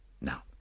Now